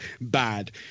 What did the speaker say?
bad